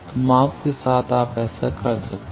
तो माप के साथ आप ऐसा कर सकते हैं